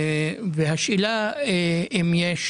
האם יש